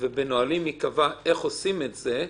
כאשר בנהלים ייקבע איך עושים את זה,